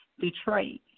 Detroit